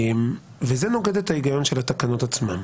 זה נוגד את ההיגיון של התקנות עצמן.